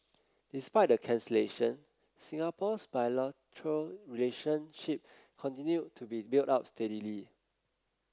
despite the cancellation Singapore's bilateral relationship continued to be built up steadily